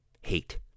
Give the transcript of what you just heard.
hate